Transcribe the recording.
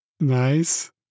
Nice